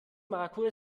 maracuja